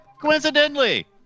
Coincidentally